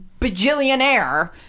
bajillionaire